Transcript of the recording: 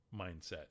mindset